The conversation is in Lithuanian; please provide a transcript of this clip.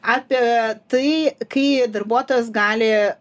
apie tai kai darbuotojas gali